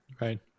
right